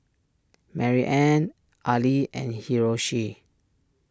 Maryanne Ali and Hiroshi